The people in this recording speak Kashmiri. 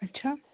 اچھا